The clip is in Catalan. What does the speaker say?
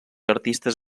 artistes